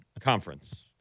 conference